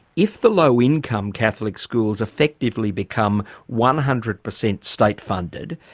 if the low income catholic schools effectively become one hundred per cent state-funded,